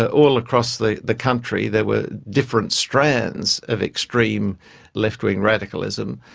ah all across the the country there were different strands of extreme left-wing radicalism.